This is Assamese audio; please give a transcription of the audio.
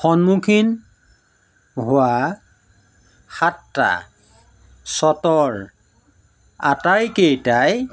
সন্মুখীন হোৱা সাতটা শ্বটৰ আটাইকেইটাই